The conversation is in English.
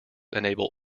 enable